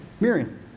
Miriam